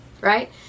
right